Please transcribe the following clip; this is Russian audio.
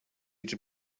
эти